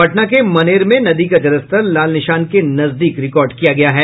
पटना के मनेर में नदी का जलस्तर लाल निशान के नजदीक रिकॉर्ड किया गया है